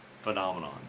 phenomenon